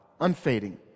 unfading